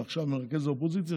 ועכשיו מרכז האופוזיציה,